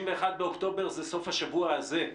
31 באוקטובר זה סוף השבוע הזה.